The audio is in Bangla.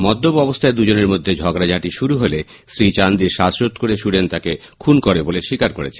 মদ্যপ অবস্হায় দুজনের মধ্যে ঝগড়াঝাটি শুরু হলে স্ত্রী চান্দির শ্বাসরোধ করে সুরেন তাকে খুন করে বলে স্বীকার করেছে